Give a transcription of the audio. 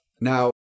Now